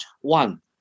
one